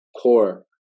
core